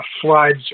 floods